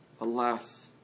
Alas